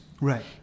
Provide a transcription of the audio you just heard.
Right